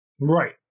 Right